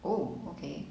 oh okay